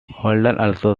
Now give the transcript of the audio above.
also